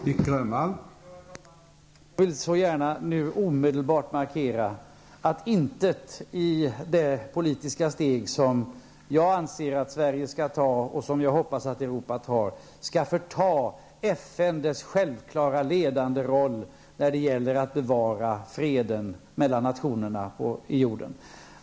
Herr talman! Jag vill så gärna omedelbart markera att intet i det politiska steg som jag anser att Sverige skall ta, och som jag hoppas att Europa tar, skall förta FN dess självklara och ledande roll när det gäller att bevara freden mellan nationerna på jorden.